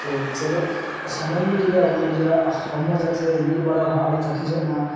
ᱛᱚ ᱪᱮᱫᱚᱜ ᱥᱚᱢᱚᱭᱜᱮ ᱡᱩᱫᱤ ᱟᱵᱚ ᱱᱤᱡᱮᱨᱟᱜ ᱦᱚᱲᱢᱚ ᱡᱟᱛᱷᱮ ᱧᱩᱨ ᱵᱟᱲᱟ ᱨᱮᱦᱚᱸ ᱟᱞᱚ ᱛᱟᱹᱠᱤᱡᱚᱜ ᱢᱟ